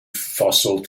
fossil